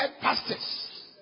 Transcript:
pastors